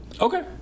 Okay